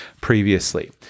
previously